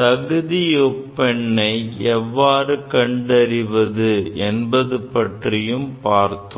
தகுதியொப்பெண்ணை எவ்வாறு கண்டறிவது என்பது பற்றியும் பார்த்தோம்